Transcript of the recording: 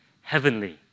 heavenly